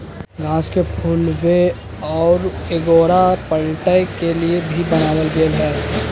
घास के फुलावे और एगोरा पलटय के लिए भी बनाल गेल हइ